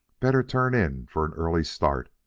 better turn in for an early start.